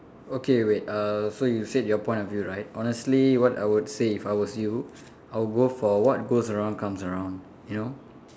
okay wait uh so you said your point of view right honestly what I would say if I was you I will go for what goes around comes around you know